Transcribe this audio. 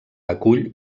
acull